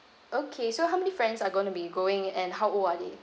okay so how many friends are gonna be going and how old are they